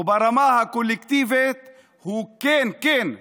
וברמה הקולקטיבית הוא, כן, כן,